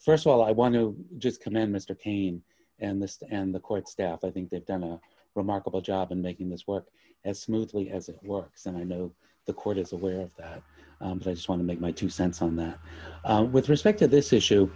first of all i want to just command mr payne and this and the court staff i think they've done a remarkable job in making this work as smoothly as it works and i know the court is aware of that they just want to make my two cents on that with respect to this issue